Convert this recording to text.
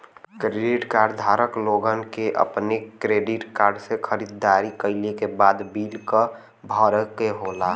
credit card धारक लोगन के अपने क्रेडिट कार्ड से खरीदारी कइले के बाद बिल क भरे क होला